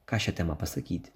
ką šia tema pasakyti